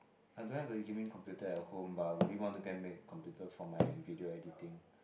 I don't have a gaming computer at home but I would really want to go and make a computer for my video editing